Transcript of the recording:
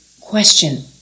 Question